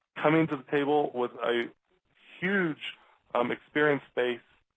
coming to the table with a huge um experience base.